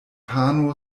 pano